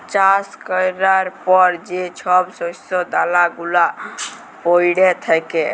চাষ ক্যরার পর যে ছব শস্য দালা গুলা প্যইড়ে থ্যাকে